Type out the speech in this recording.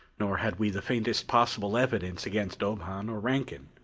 nor had we the faintest possible evidence against ob hahn or rankin.